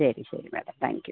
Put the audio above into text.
ശരി ശരി madam thank you